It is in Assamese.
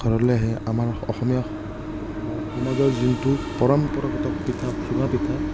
ঘৰলৈ আহি আমাৰ অসমীয়া সমাজৰ যোনটো পৰম্পৰাগত পিঠা চুঙা পিঠা